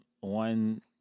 One